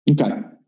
Okay